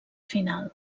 final